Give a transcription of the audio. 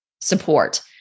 support